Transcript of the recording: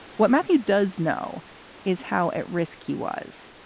what matthew does know is how at risk he was.